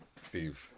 Steve